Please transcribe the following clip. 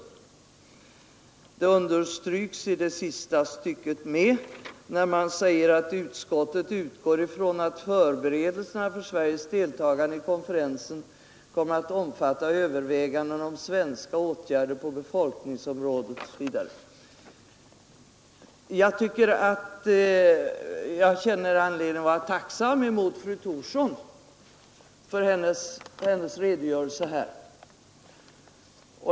Detta intryck förstärks i det sista stycket där det sägs: ”Utskottet utgår ifrån att förberedelserna för Sveriges deltagande i konferensen kommer att omfatta överväganden om svenska åtgärder på befolkningsområdet” osv. Jag känner att jag har anledning att vara tacksam mot fru Thorsson för hennes redogörelse här.